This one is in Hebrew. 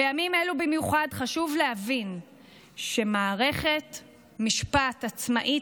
בימים אלו במיוחד חשוב להבין שמערכת משפט עצמאית